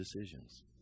decisions